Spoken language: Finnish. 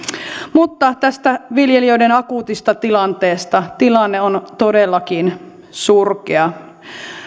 mutta tästä viljelijöiden akuutista tilanteesta tilanne on todellakin surkea